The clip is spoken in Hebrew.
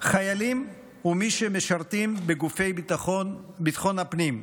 חיילים ומי שמשרתים בגופי ביטחון הפנים,